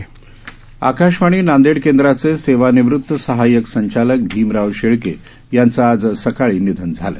शेळके निधन आकाशवाणी नांदेड केंद्राचे सेवानिवृत सहायक संचालक भीमराव शेळके यांचं आज सकाळी निधन झालं